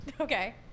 okay